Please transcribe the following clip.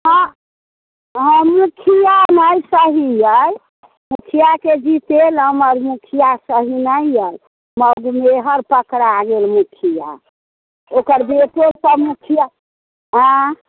आँ हँ मुखिआ नहि सही अइ मुखिआके बिसेल हमर मुखिआ सही नहि अइ मौगी मेहर तकरा लेल मुखिआ ओकर बेटो सब मुखिआ आएँ